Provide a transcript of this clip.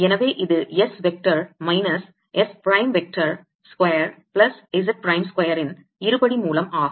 எனவே இது S vector minus S prime vector square plus Z prime square இன் இருபடி மூலம் ஆகும்